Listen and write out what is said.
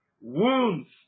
wounds